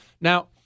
Now